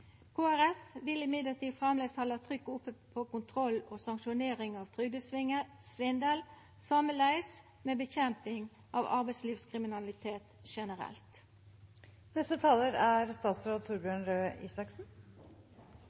vil likevel framleis halda trykket oppe på kontroll og sanksjonering av trygdesvindel, og sameleis med kamp mot arbeidslivskriminalitet generelt. Som flere har nevnt, er